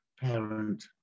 parent